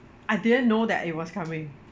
I didn't know that it was coming